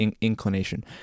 inclination